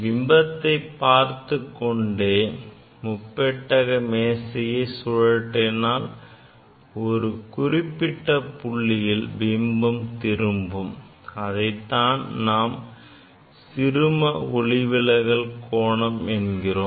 பிம்பத்தை பார்த்துக்கொண்டே முப்பட்டக மேசையை சுழற்றினால் ஒரு குறிப்பிட்ட புள்ளியில் பிம்பம் திரும்பும் அதைதான் நாம் சிறும ஒளிவிலகல் கோணம் என்கிறோம்